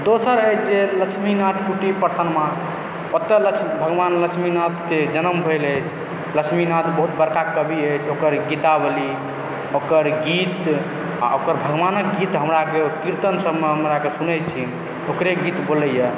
दोसर अछि जे लक्ष्मीनाथ कुटी ओतय भगवान लक्ष्मीनाथके जन्म भेल अछि लक्ष्मीनाथ बहुत बड़का कवि अछि ओकर पदावली ओकर गीत आ ओकर भगवानक गीत हमरा अरके कीर्तन सभमे हमरा अरके सुनैत छी ओकरे गीत बोलयए